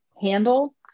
handle